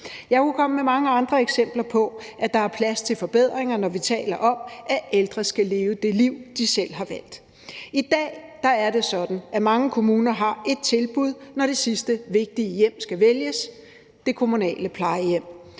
Jeg kunne komme med mange andre eksempler på, at der er plads til forbedringer, når vi taler om, at ældre skal leve det liv, de selv har valgt. I dag er det sådan, at mange kommuner har ét tilbud, når det sidste vigtige hjem skal vælges: det kommunale plejehjem.